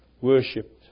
Worshipped